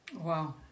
wow